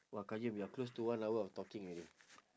!wah! qayyum we are close to one hour of talking already